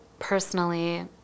Personally